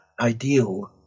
ideal